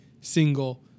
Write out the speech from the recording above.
single